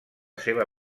seva